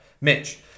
mitch